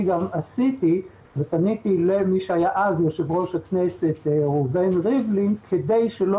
גם עשיתי ופניתי למי שהיה אז יושב ראש הכנסת ראובן ריבלין כדי שלא